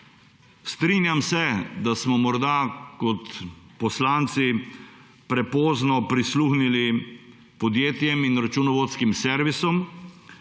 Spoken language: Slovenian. Strinjam se, da smo morda kot poslanci prepozno prisluhnili podjetjem in računovodskim servisom.